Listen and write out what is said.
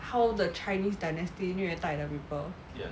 how the chinese dynasty 虐待 the people